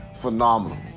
Phenomenal